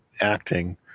acting